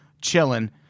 chilling